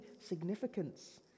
significance